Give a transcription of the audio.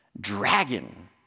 dragon